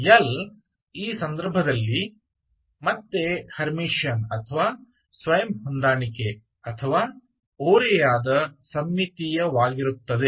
L ಈ ಸಂದರ್ಭದಲ್ಲಿ ಮತ್ತೆ ಹರ್ಮಿಟಿಯನ್ ಅಥವಾ ಸ್ವಯಂ ಹೊಂದಾಣಿಕೆ ಅಥವಾ ಓರೆಯಾದ ಸಮ್ಮಿತೀಯವಾಗಿರುತ್ತದೆ